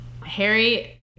Harry